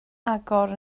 agor